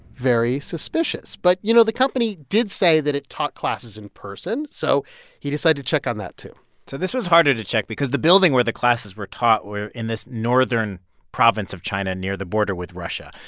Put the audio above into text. very suspicious. but, you know, the company did say that it taught classes in person. so he decided to check on that, too so this was harder to check because the building where the classes were taught were in this northern province of china near the border with russia.